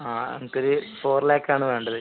അ എനിക്കൊര് ഫോർ ലാക്ക് ആണ് വേണ്ടത്